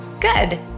Good